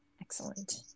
Excellent